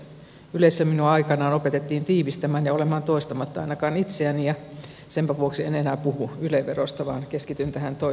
ylessä minua aikanaan opetettiin tiivistämään ja olemaan toistamatta ainakaan itseäni ja senpä vuoksi en enää puhu yle verosta vaan keskityn tähän toiseen lakiin